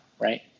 right